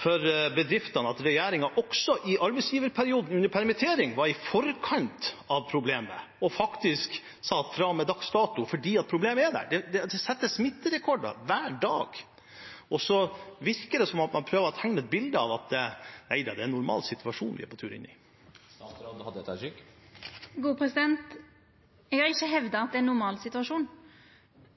for bedriftene at regjeringen, også når det gjelder arbeidsgiverperioden under permittering, var i forkant av problemet og sa at det blir fra og med dags dato fordi problemet er der? Det settes smitterekorder hver dag, og så virker det som om man prøver å tegne et bilde av at det er en normal situasjon vi er på tur inn i. Eg har ikkje hevda at det er ein normal situasjon.